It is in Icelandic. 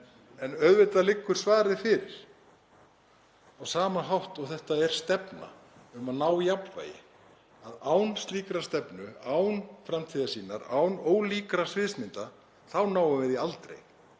En auðvitað liggur svarið fyrir, á sama hátt og þetta er stefna um að ná jafnvægi, að án slíkrar stefnu, án framtíðarsýnar, án ólíkra sviðsmynda þá náum við því aldrei.